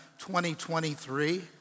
2023